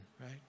right